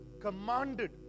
commanded